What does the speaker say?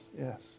yes